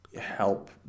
help